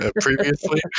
previously